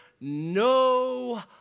no